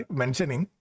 mentioning